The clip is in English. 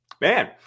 man